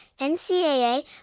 NCAA